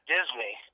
Disney